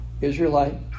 Israelite